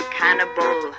cannibal